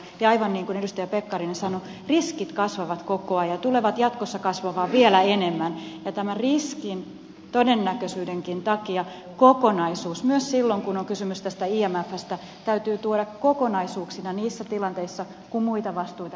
ja aivan niin kuin edustaja pekkarinen sanoi riskit kasvavat koko ajan ja tulevat jatkossa kasvamaan vielä enemmän ja tämän riskin todennäköisyydenkin takia nämä asiat myös silloin kun on kysymys imfstä täytyy tuoda kokonaisuuksina niissä tilanteissa kun muita vastuita kasvatetaan